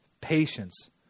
patience